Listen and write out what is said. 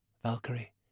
Valkyrie